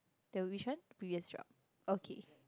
the which one previous job okay